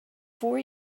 four